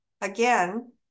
again